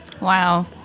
Wow